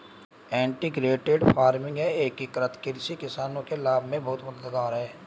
integrated farming या एकीकृत कृषि किसानों के लाभ में बहुत मददगार है